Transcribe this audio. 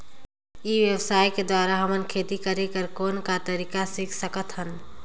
ई व्यवसाय के द्वारा हमन खेती करे कर कौन का तरीका सीख सकत हन?